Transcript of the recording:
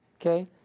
okay